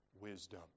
wisdom